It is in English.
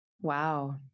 Wow